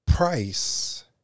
Price